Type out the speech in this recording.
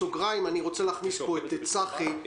בסוגריים אני רוצה להכניס פה את צחי פיס,